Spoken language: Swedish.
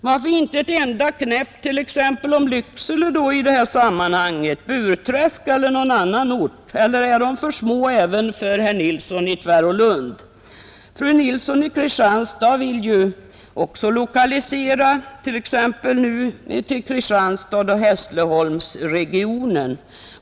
Varför då inte ett enda knäpp i detta sammanhang om Lycksele, Burträsk eller någon annan ort? Är dessa orter för små även för herr Nilsson i Tvärålund? Fru Nilsson i Kristianstad vill ju också lokalisera, t.ex. till Kristianstadsoch Hässleholmsregionen.